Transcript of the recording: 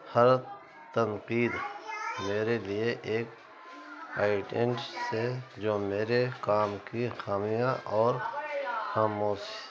ہر تنقید میرے لیے ایک ہے جو میرے کام کی خامیاں اور خاموس